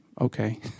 okay